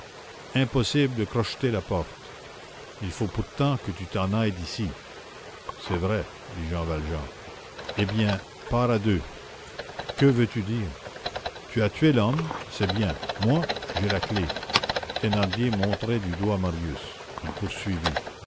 impossible de crocheter la porte il faut pourtant que tu t'en ailles d'ici c'est vrai dit jean valjean eh bien part à deux que veux-tu dire tu as tué l'homme c'est bien moi j'ai la clef thénardier montrait du doigt marius il poursuivit